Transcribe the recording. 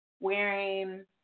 wearing